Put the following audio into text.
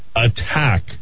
Attack